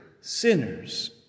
sinners